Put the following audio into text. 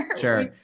Sure